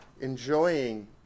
enjoying